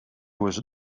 was